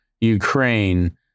ukraine